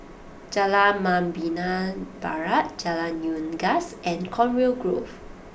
Jalan Membina Barat Jalan Unggas and Conway Grove